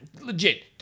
legit